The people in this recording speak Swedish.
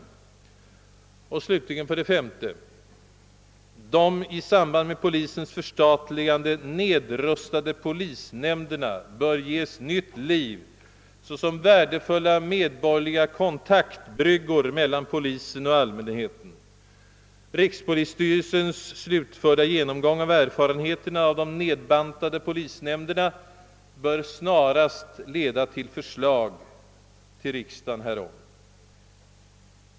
5) De i samband med polisens förstatligande nedrustade polisnämnderna bör ges nytt liv såsom värdefulla medborgerliga kontaktbryggor mellan polisen och allmänheten. Rikspolisstyrelsens slutförda genomgång av erfarenheterna av de nedbantade polisnämnderna bör snarast leda till förslag till riksdagen härom.